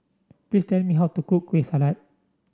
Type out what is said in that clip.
please tell me how to cook Kueh Salat